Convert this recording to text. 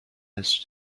its